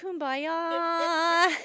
kumbaya